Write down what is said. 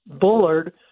bullard